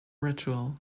ritual